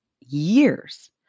years